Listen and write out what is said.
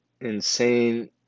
insane